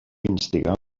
instigar